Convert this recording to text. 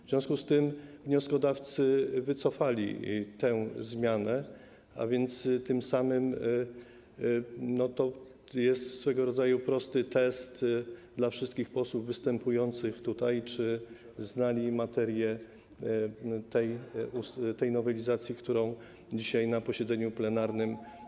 W związku z tym wnioskodawcy wycofali tę zmianę, a więc tym samym to jest swego rodzaju prosty test dla wszystkich posłów występujących tutaj, czy znali materię tej nowelizacji, którą dyskutujemy dzisiaj na posiedzeniu plenarnym.